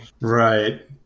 right